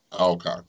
Okay